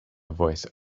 voice